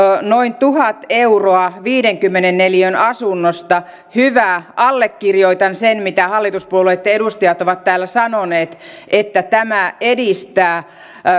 noin tuhat euroa viidenkymmenen neliön asunnosta niin hyvä allekirjoitan sen mitä hallituspuolueitten edustajat ovat täällä sanoneet eli että tämä edistää